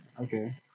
Okay